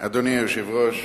אדוני היושב-ראש,